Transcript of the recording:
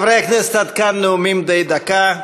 חברי הכנסת, עד כאן נאומים בני דקה.